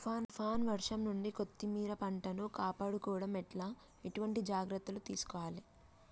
తుఫాన్ వర్షం నుండి కొత్తిమీర పంటను కాపాడుకోవడం ఎట్ల ఎటువంటి జాగ్రత్తలు తీసుకోవాలే?